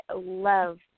love